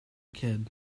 kid